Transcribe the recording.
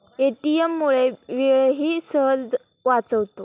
ATM मुळे वेळही सहज वाचतो